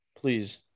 Please